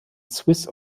swiss